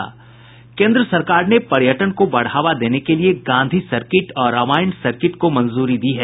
केन्द्र सरकार ने पर्यटन को बढ़ावा देने के लिए गांधी सर्किट और रामायण सर्किट को मंजूरी दी है